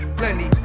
plenty